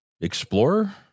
Explorer